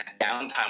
downtime